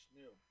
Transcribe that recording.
new